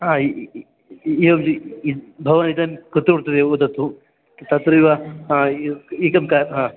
भवान् इदं कुत्र वर्तते वदतु तत्रैव एकं कार्